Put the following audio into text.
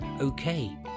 okay